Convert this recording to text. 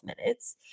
minutes